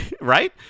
right